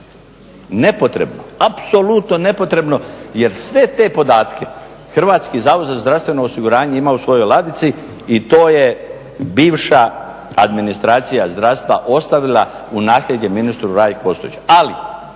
nepotrebno, apsolutno nepotrebno jer sve te podatke Hrvatski zavod za zdravstveno osiguranje ima u svojoj ladici i to je bivša administracija zdravstva ostavila u nasljeđe ministru Rajku Ostojiću.